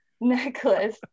necklace